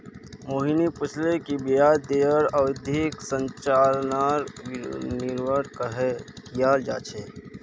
मोहिनी पूछले कि ब्याज दरेर अवधि संरचनार निर्माण कँहे कियाल जा छे